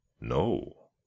No